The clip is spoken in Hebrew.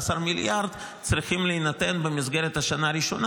מיליארד צריכים להינתן במסגרת השנה הראשונה.